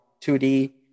2d